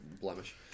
blemish